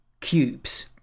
cubes